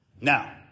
Now